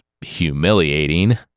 humiliating